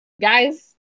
guys